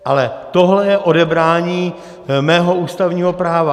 Ale tohle je odebrání mého ústavního práva.